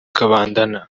kabandana